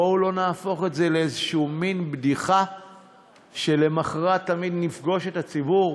בואו לא נהפוך את זה לאיזה מין בדיחה שלמחרת תמיד נפגוש את הציבור